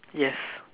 yes